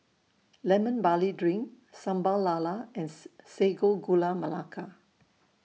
Lemon Barley Drink Sambal Lala and Sago Gula Melaka